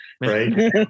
right